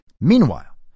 Meanwhile